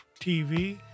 TV